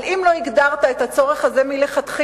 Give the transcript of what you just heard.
אבל אם לא הגדרת את הצורך הזה מלכתחילה,